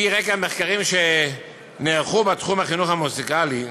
שעל-פי רקע המחקרים שנערכו בתחום החינוך המוזיקלי,